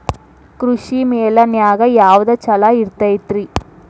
ಕೃಷಿಮೇಳ ನ್ಯಾಗ ಯಾವ್ದ ಛಲೋ ಇರ್ತೆತಿ?